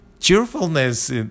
cheerfulness